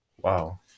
Wow